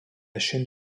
chaîne